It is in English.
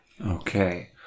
okay